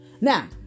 Now